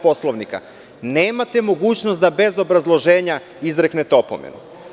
Poslovnika nemate mogućnost da bez obrazloženja izreknete opomenu.